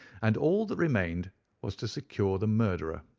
and all that remained was to secure the murderer.